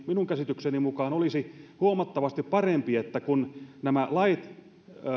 minun käsitykseni mukaan olisi huomattavasti parempi että kun näitä lakeja